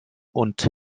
und